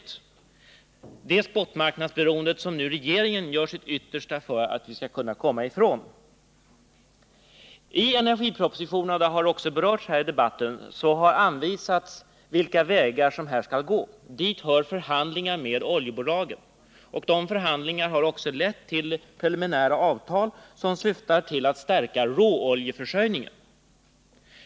Det är detta spotmarknadsberoende som regeringen nu gör sitt yttersta för att vi skall komma ifrån. I energipropositionen, och det har också berörts här i debatten, har det anvisats vilka vägar som man bör gå. Dit hör förhandlingar med oljebolagen. Förhandlingarna har också lett till preliminära avtal som syftar till att stärka råoljeförsörjningen.